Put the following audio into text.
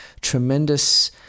tremendous